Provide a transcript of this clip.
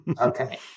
Okay